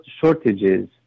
shortages